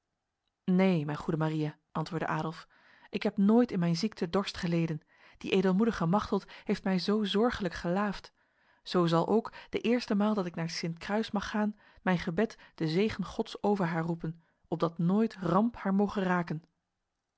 neen mijn goede maria antwoordde adolf ik heb nooit in mijn ziekte dorst geleden die edelmoedige machteld heeft mij zo zorgelijk gelaafd zo zal ook de eerste maal dat ik naar sint kruis mag gaan mijn gebed de zegen gods over haar roepen opdat nooit ramp haar moge raken